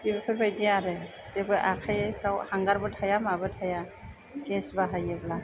बेफोरबायदि आरो जेबो आखाइफ्राव हांगारबो थाया माबो थाया गेस बाहायोब्ला